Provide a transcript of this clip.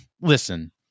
Listen